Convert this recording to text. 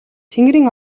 тэнгэрийн